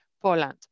Poland